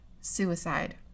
suicide